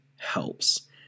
helps